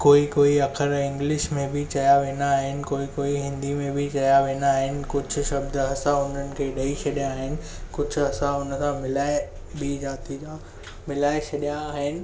कोई कोई अख़र इंग्लिश में बि चया वेन्दा आहिनि कोई कोई हिंदी में बि चया वेंदा आहिनि कुझु शब्द असां हुननि खे ॾेई छॾिया आहिनि कुझु असां हुन सां मिलाए ॿी जातआ जा मिलाए छॾिया आहिनि